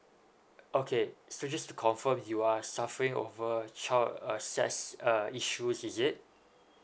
okay so just to confirm you are suffering over a child access uh issues is it